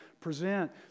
present